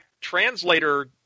translator